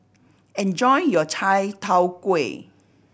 enjoy your chai tow kway